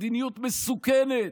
מדיניות מסוכנת,